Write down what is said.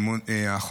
בצווים.